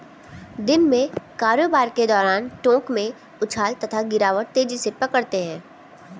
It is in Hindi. दिन में कारोबार के दौरान टोंक में उछाल तथा गिरावट तेजी पकड़ते हैं